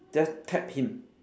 just tap him